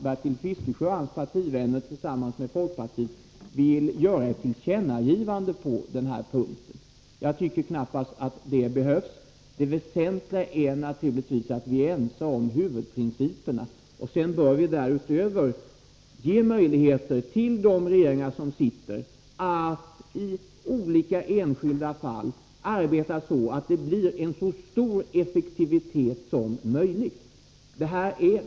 Bertil Fiskesjö och hans partivänner vill tillsammans med folkpartisterna göra ett tillkännagivande på denna punkt. Jag tycker knappast det behövs. Det väsentliga är att vi är ense om huvudprinciperna. Sedan bör vi därutöver ge möjligheter till de regeringar som sitter att i enskilda fall arbeta så att det blir så stor effektivitet som möjligt.